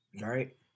Right